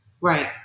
Right